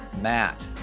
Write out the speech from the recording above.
Matt